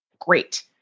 great